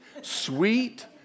sweet